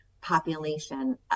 population